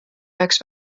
üheks